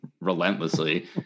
relentlessly